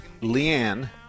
Leanne